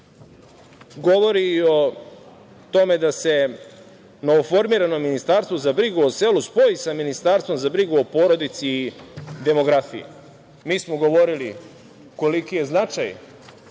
govori o tome da se novoformirano Ministarstvo za brigu o selu spoji sa Ministarstvom za brigu o porodici i demografiji. Mi smo govorili koliki je značaj